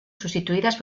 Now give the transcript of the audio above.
sustituidas